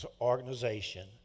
organization